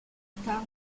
star